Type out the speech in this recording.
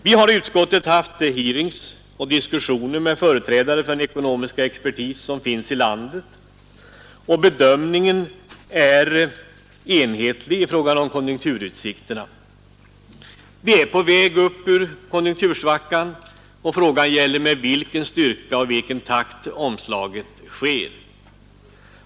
Vi har i utskottet haft hearings och diskussioner med företrädare för den ekonomiska expertis som finns i landet, och bedömningen är enhetlig i fråga om konjunkturutsikterna. Vi är på väg upp ur konjunktursvackan, frågan gäller med vilken styrka och takt omslaget sker.